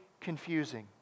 confusing